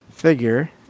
figure